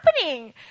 happening